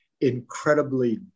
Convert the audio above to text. incredibly